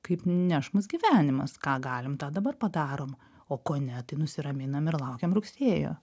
kaip neš mus gyvenimas ką galim tą dabar padarom o ko ne tai nusiraminam ir laukiam rugsėjo